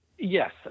Yes